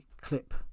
clip